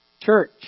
Church